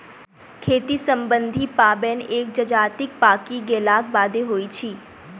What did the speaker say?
खेती सम्बन्धी पाबैन एक जजातिक पाकि गेलाक बादे होइत अछि